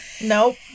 Nope